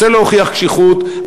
רוצה להוכיח קשיחות.